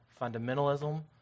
fundamentalism